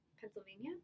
Pennsylvania